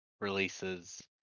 releases